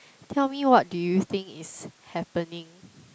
tell me what do you think is happening